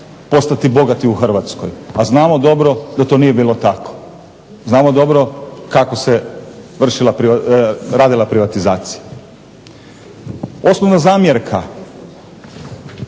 postati bogati u Hrvatskoj. A znamo dobro da to nije bilo tako, znamo dobro kako se radila privatizacija. Osnovna zamjerka